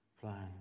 plan